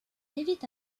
évite